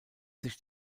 sich